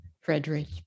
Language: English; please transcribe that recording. Frederick